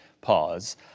pause